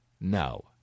no